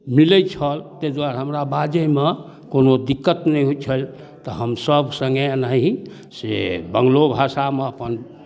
मिलैत छल ताहि दुआरे हमरा बाजैमे कोनो दिक्कत नहि होइ छल तऽ हमसभ सङ्गे एनाही से बंगलो भाषामे अपन